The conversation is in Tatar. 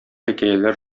хикәяләр